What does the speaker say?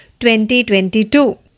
2022